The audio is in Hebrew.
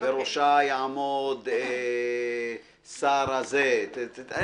בראשה יעמוד שר הזה.